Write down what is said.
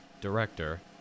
director